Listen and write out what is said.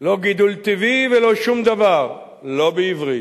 לא גידול טבעי ולא שום דבר, לא בעברית.